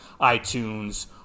iTunes